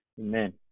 Amen